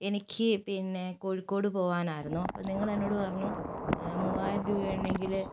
എനിക്ക് പിന്നെ കോഴിക്കോട് പോകാനായിരുന്നു അപ്പോൾ നിങ്ങളെന്നോടു പറഞ്ഞു മൂവായിരം രൂപ ഉണ്ടെങ്കില്